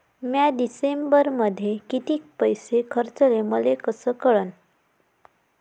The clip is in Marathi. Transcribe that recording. म्या डिसेंबरमध्ये कितीक पैसे खर्चले मले कस कळन?